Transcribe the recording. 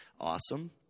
awesome